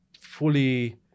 fully